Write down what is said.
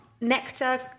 Nectar